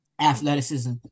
athleticism